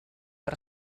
per